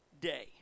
day